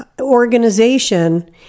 organization